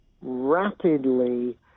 rapidly